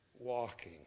walking